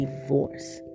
divorce